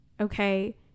Okay